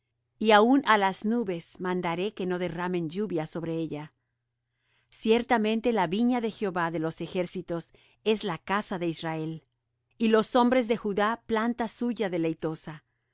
y aun á las nubes mandaré que no derramen lluvia sobre ella ciertamente la viña de jehová de los ejércitos es la casa de israel y los hombres de judá planta suya deleitosa